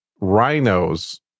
rhinos